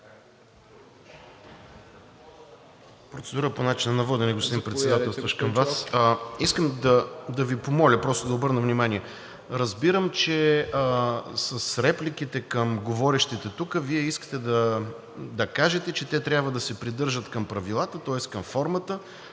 Процедура по начина на водене към Вас, господин Председателстващ. Искам да Ви помоля, просто да обърна внимание. Разбирам, че с репликите към говорещите тук Вие искате да кажете, че те трябва да се придържат към правилата, тоест към формата